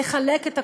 לחלק את הכוח.